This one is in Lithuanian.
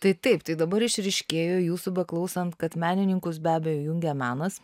tai taip tai dabar išryškėjo jūsų beklausant kad menininkus be abejo jungia menas